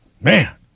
Man